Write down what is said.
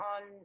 on